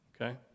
Okay